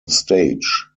stage